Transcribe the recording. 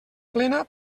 plena